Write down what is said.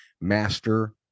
master